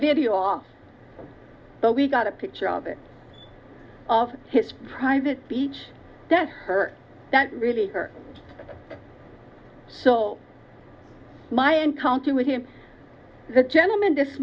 video off but we've got a picture of it of his private beach that hurt that really hurt so my encounter with him that gentleman this